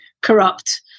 corrupt